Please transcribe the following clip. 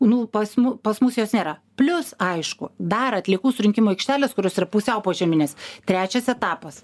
nu pas mu pas mus jos nėra plius aišku dar atliekų surinkimo aikštelės kurios yra pusiau požeminės trečias etapas